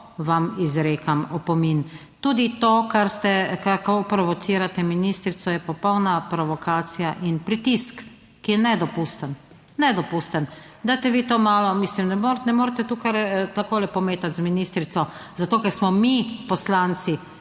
vam izrekam opomin. Tudi to kako provocirate ministrico je popolna provokacija in pritisk, ki je nedopusten, nedopusten. Dajte vi to malo, mislim ne morete tukaj takole pometati z ministrico, zato ker smo mi poslanci